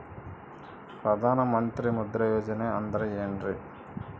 ಪ್ರಧಾನ ಮಂತ್ರಿ ಮುದ್ರಾ ಯೋಜನೆ ಅಂದ್ರೆ ಏನ್ರಿ?